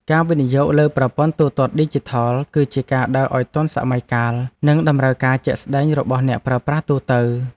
ការវិនិយោគលើប្រព័ន្ធទូទាត់ឌីជីថល គឺជាការដើរឱ្យទាន់សម័យកាលនិងតម្រូវការជាក់ស្ដែងរបស់អ្នកប្រើប្រាស់ទូទៅ។